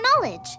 knowledge